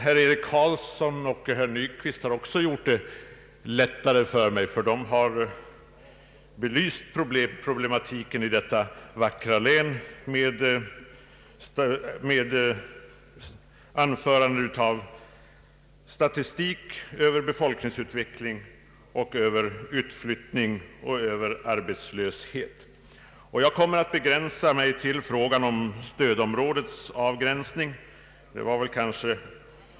Herr Eric Carlsson och herr Nyquist har dock gjort det lättare för mig, då de belyst problematiken i detta län med statistik över befolkningsutveckling, utflyttning och arbetslöshet. Jag kommer att inskränka mig till frågan om stödområdets avgränsning.